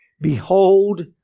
behold